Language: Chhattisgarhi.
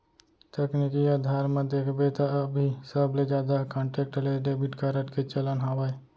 तकनीकी अधार म देखबे त अभी सबले जादा कांटेक्टलेस डेबिड कारड के चलन हावय